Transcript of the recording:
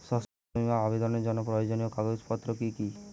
শস্য বীমা আবেদনের জন্য প্রয়োজনীয় কাগজপত্র কি কি?